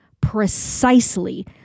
precisely